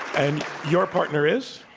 and your partner is?